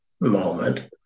moment